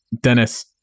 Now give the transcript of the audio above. Dennis